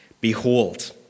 Behold